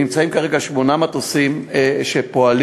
יש כרגע שמונה מטוסים שפועלים,